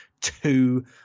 two